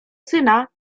syna